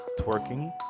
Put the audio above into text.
twerking